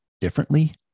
differently